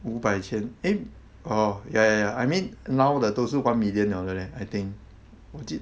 五百千 eh oh ya ya ya I mean now the 都是还 million 了 leh I think 我记